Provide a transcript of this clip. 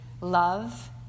love